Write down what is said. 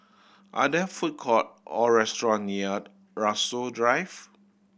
are there food court or restaurant near Rasok Drive